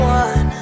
one